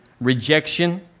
rejection